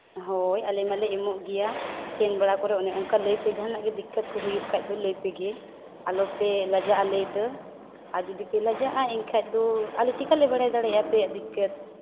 ᱦᱳᱭ ᱟᱞᱮ ᱢᱟᱞᱮ ᱮᱢᱚᱜ ᱜᱮᱭᱟ ᱥᱮᱱ ᱵᱟᱲᱟ ᱠᱚᱨᱮ ᱚᱱᱮ ᱚᱱᱠᱟ ᱞᱟᱹᱭ ᱯᱮ ᱡᱟᱦᱟᱱᱟᱜ ᱜᱮ ᱫᱤᱠᱠᱟᱛ ᱠᱚ ᱦᱩᱭᱩᱜ ᱠᱷᱟᱱ ᱫᱚ ᱞᱟᱹᱭ ᱯᱮᱜᱮ ᱟᱞᱚᱯᱮ ᱞᱟᱡᱟᱜᱼᱟ ᱞᱟᱹᱭᱛᱮ ᱟᱨ ᱡᱩᱫᱤ ᱯᱮ ᱞᱟᱡᱟᱜᱼᱟ ᱮᱱᱠᱷᱟᱡ ᱫᱚ ᱟᱞᱮ ᱪᱮᱠᱟᱹᱞᱮ ᱵᱟᱲᱟᱭ ᱫᱟᱲᱮᱭᱟᱜᱼᱟ ᱟᱯᱮᱭᱟᱜ ᱫᱤᱠᱠᱟᱹᱛ